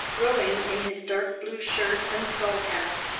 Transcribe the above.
rowing in his dark-blue shirt and skull-cap,